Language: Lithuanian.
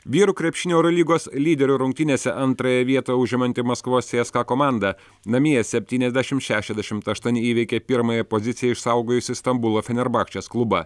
vyrų krepšinio eurolygos lyderių rungtynėse antrąją vietą užimanti maskvos cska komanda namie septyniasdešim šešiasdešimt aštuoni įveikė pirmąją poziciją išsaugojusį stambulo fenerbachčės klubą